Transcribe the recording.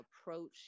approach